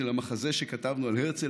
של המחזה שכתבנו על הרצל,